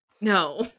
No